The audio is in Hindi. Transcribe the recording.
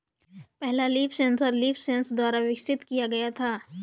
पहला लीफ सेंसर लीफसेंस द्वारा विकसित किया गया था